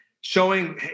showing